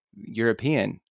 European